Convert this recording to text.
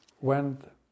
went